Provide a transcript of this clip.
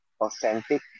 authentic